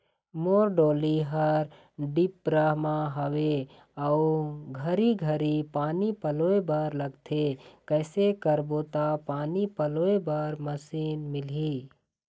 मोर डोली हर डिपरा म हावे अऊ घरी घरी पानी पलोए बर लगथे कैसे करबो त पानी पलोए बर मशीन मिलही?